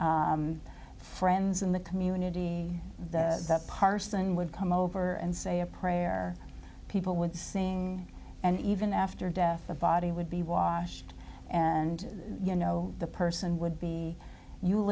and friends in the community that parson would come over and say a prayer people would sing and even after death the body would be washed and you know the person would be